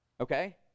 Okay